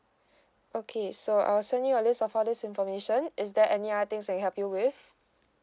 okay so I'll send you a list of all this information is there any other things that I can help you with